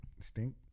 stink